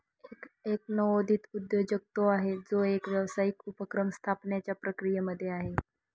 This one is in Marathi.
एक नवोदित उद्योजक तो आहे, जो एक व्यावसायिक उपक्रम स्थापण्याच्या प्रक्रियेमध्ये आहे